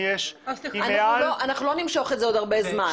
אנחנו לא נמשוך את זה עוד הרבה זמן.